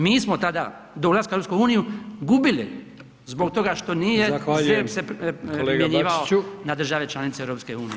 Mi smo tada do ulaska u EU gubili zbog toga što nije [[Upadica: Zahvaljujem.]] ZERP se primjenjivao na države članice EU.